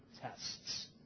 tests